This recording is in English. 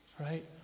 Right